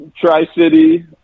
tri-city